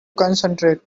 concentrate